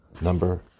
number